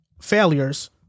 failures